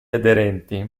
aderenti